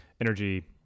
energy